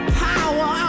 power